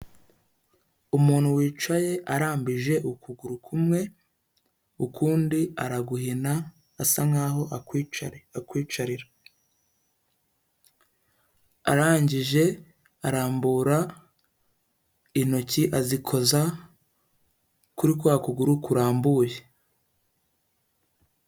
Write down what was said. Umuntu wicaye arambije ukuguru kumwe, ukundi araguhina asa nkaho akwicarira, arangije arambura intoki azikoza kuri kwa kuguru kurambuye.